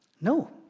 No